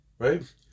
Right